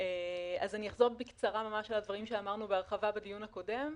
אני אחזור בקצרה על הדברים שאמרנו בהרחבה בדיון הקודם.